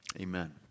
amen